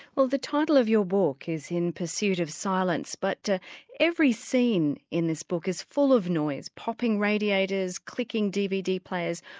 well the title of your book is in pursuit of silence but every scene in this book is full of noise popping radiators, clicking dvd players.